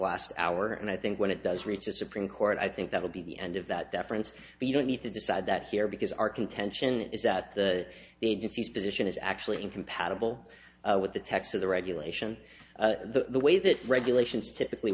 last hour and i think when it does reach the supreme court i think that will be the end of that deference but you don't need to decide that here because our contention is that the agency's position is actually incompatible with the text of the regulation the way that regulations typically